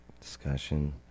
Discussion